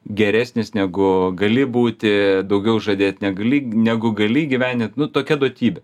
geresnis negu gali būti daugiau žadėt negali negu gali įgyvendint nu tokia duotybė